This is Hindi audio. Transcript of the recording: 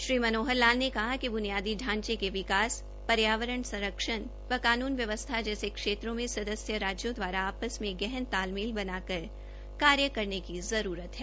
श्री मनोहर लाल ने कहा कि बुनियादी ढांचे के विकास पर्यावरण संरक्षण व कानून व्यवस्था जैसे क्षेत्रों में सदस्य राज्यों द्वारा आपस में गहन तालमेल बनाकर कार्य करने की आवश्यकता है